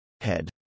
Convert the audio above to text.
Head